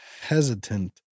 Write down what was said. hesitant